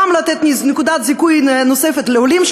וגם לתת נקודת זיכוי נוספת לעולים,